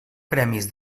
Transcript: premis